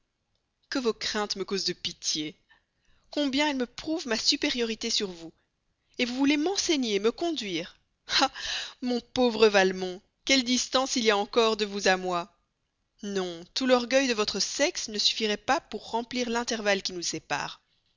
que vos craintes me causent de pitié combien elles me prouvent ma supériorité sur vous vous voulez m'enseigner me conduire ah mon pauvre valmont quelle distance il y a encore de vous à moi non tout l'orgueil de votre sexe ne suffirait pas pour remplir l'intervalle qui nous sépare